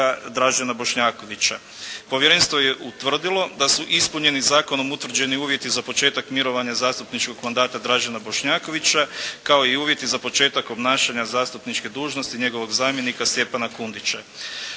Dražena Bošnjakovića. Povjerenstvo je utvrdilo da su ispunjeni zakonom utvrđeni uvjeti za početak mirovanja zastupničkog mandata Dražena Bošnjakovića kao i uvjeti za početak obnašanja zastupničke dužnosti njegovog zastupnika Stjepana Kundića.